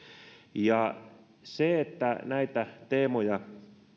käsitelty se että näitä teemoja